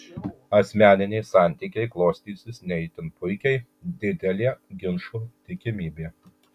asmeniniai santykiai klostysis ne itin puikiai didelė ginčų tikimybė